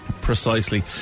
precisely